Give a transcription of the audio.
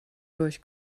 durch